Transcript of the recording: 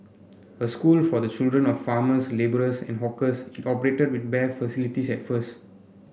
a school for the children of farmers labourers and hawkers it operated with bare facilities at first